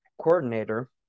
coordinator